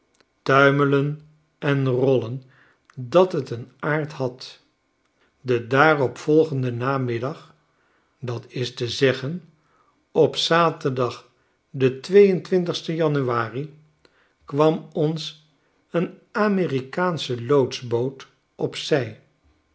tuimelen en rollen dat het een aard had den daarop volgenden namiddag datistezeggen op zaterdag den twee en twintigsten januari kwam ons een amerikaansche loodsboot op